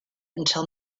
until